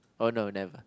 oh no never